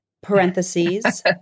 parentheses